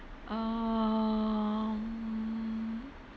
um